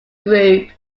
group